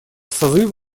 созыв